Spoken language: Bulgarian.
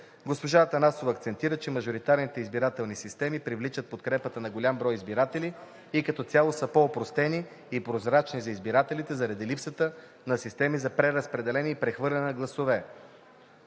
Госпожа Атанасова акцентира, че мажоритарните избирателни системи привличат подкрепата на голям брой избиратели и като цяло са по-опростени и прозрачни за избирателите заради липсата на системи за преразпределение и прехвърляне на гласове,